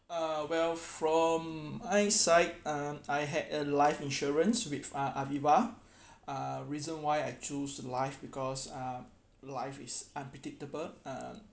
uh well from hindsight um I had a life insurance with uh aviva uh reason why I choose life because uh life is unpredictable um